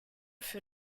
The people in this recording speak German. für